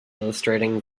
illustrating